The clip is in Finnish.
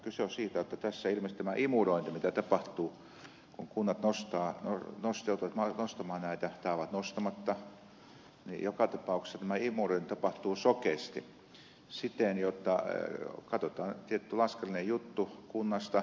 kyse on siitä jotta tässä ilmeisesti kun kunnat joutuvat nostamaan näitä tai ovat nostamatta joka tapauksessa tämä imurointi tapahtuu sokeasti siten jotta katsotaan tietty laskennallinen juttu kunnasta